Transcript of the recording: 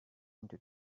into